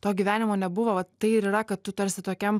to gyvenimo nebuvo vat tai yra kad tu tarsi tokiam